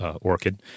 orchid